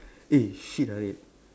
eh shit ah wait